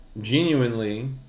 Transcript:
genuinely